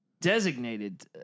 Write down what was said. designated